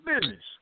business